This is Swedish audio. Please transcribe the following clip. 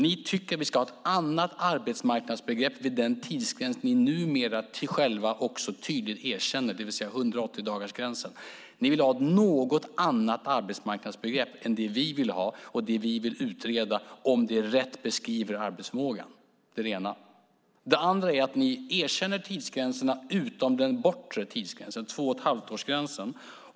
Ni tycker att vi ska ha ett annat arbetsmarknadsbegrepp vid den tidsgräns ni numera själva också tydligt erkänner, det vill säga 180-dagarsgränsen. Ni vill ha ett något annorlunda arbetsmarknadsbegrepp än det vi vill ha och som vi vill utreda för att se om det rätt beskriver arbetsförmågan. Det är det ena. Det andra är att ni erkänner tidsgränserna utom den bortre tidsgränsen på två och ett halvt år.